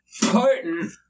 potent